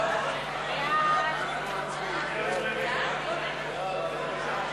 ההצעה להעביר את הצעת